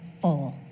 full